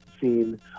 seen